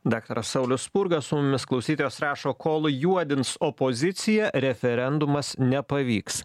daktaras saulius spurga su mumis klausytojas rašo kol juodins opoziciją referendumas nepavyks